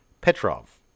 Petrov